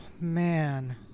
man